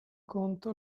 conto